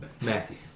Matthew